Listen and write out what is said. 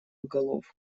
голов